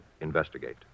investigate